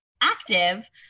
active